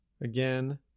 again